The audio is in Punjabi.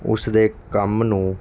ਉਸਦੇ ਕੰਮ ਨੂੰ